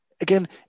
again